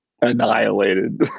annihilated